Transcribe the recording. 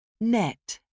Net